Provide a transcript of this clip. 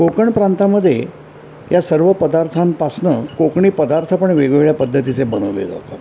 कोकण प्रांतामध्ये या सर्व पदार्थांपासून कोकणी पदार्थ पण वेगवेगळ्या पद्धतीचे बनवले जातात